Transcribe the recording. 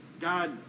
God